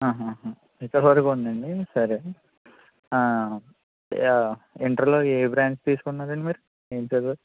ఆహ ఇంత సరేనండి ఇంటర్లో ఏ బ్రాంచ్ తీసుకున్నారండి మీరు ఏం చదివారు